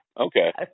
Okay